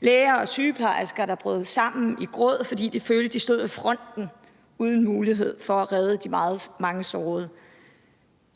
læger og sygeplejersker, der brød sammen i gråd, fordi de følte, de stod ved fronten uden mulighed for at redde de mange sårede.